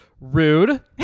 rude